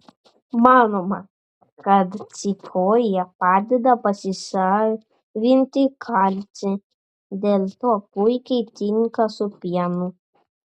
manoma kad cikorija padeda pasisavinti kalcį dėl to puikiai tinka su pienu